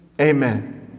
amen